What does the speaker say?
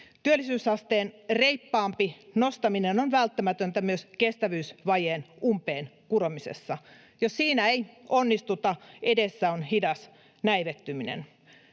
Työllisyysasteen reippaampi nostaminen on välttämätöntä myös kestävyysvajeen umpeen kuromisessa. Jos siinä ei onnistuta, edessä on hidas näivettyminen.